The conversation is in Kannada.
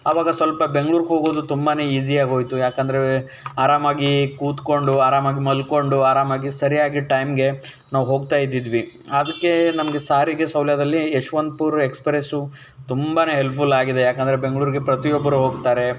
ಅವಾಗ ಸ್ವಲ್ಪ ಬೆಂಗ್ಳೂರಿಗೆ ಹೋಗೋದು ತುಂಬನೇ ಈಸಿಯಾಗಿ ಹೋಯಿತು ಯಾಕೆಂದ್ರೆ ಆರಾಮಾಗಿ ಕೂತ್ಕೊಂಡು ಆರಾಮಾಗಿ ಮಲ್ಕೊಂಡು ಆರಾಮಾಗಿ ಸರಿಯಾಗಿ ಟೈಮ್ಗೆ ನಾವು ಹೋಗ್ತಾಯಿದ್ದಿದ್ವಿ ಅದಕ್ಕೆ ನಮಗೆ ಸಾರಿಗೆ ಸೌಲಭ್ಯದಲ್ಲಿ ಯಶ್ವಂತಪುರ ಎಕ್ಸ್ಪ್ರೆಸ್ಸು ತುಂಬನೇ ಹೆಲ್ಪ್ಫುಲ್ ಆಗಿದೆ ಯಾಕೆಂದ್ರೆ ಬೆಂಗ್ಳೂರಿಗೆ ಪ್ರತಿಯೊಬ್ಬರೂ ಹೋಗ್ತಾರೆ